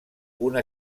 una